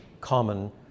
common